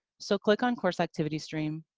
so, click on course activity stream.